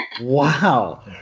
Wow